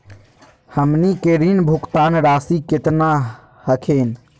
हमनी के ऋण भुगतान रासी केतना हखिन?